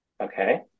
Okay